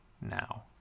now